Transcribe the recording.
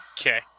Okay